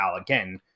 again